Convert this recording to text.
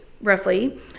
roughly